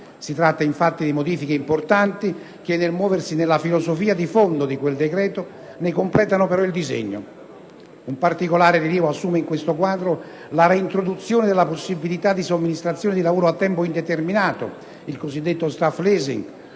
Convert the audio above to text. si tratta, infatti, di modifiche importanti che, nel muoversi nella filosofia di fondo di quel decreto, ne completano però il disegno. Un particolare rilievo assume in questo quadro la reintroduzione della possibilità di somministrazione di lavoro a tempo indeterminato, il cosiddetto *staff leasing,*